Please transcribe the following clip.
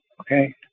okay